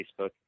Facebook